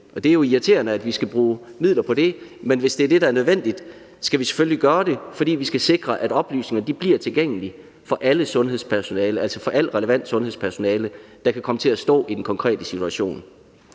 Det er jo irriterende, at vi skal bruge midler på det, men hvis det er det, der er nødvendigt, skal vi selvfølgelig gøre det, fordi vi skal sikre, at oplysningerne bliver tilgængelige for alt relevant sundhedspersonale, der kan komme til at stå i den konkrete situation.